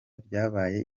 byabaye